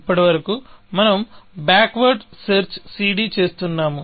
ఇప్పటివరకు మనం backward search cd చేస్తున్నాము